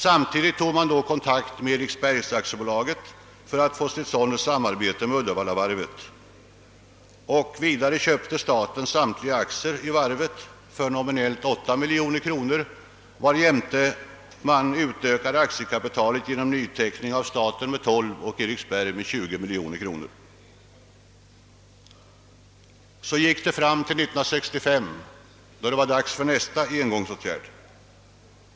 Samtidigt tog man kontakt med Eriksbergsvarvet för att få till stånd ett samarbete med Uddevallavarvet. Vidare köpte staten samtliga aktier i varvet för nominellt 3 miljoner kronor, varjämte aktiekapitalet utökades genom nyteckning av staten med 12 miljoner kronor och med 20 miljoner kronor av Eriksbergsvarvet. År 1965 var det dags för nästa engångsåtgärd.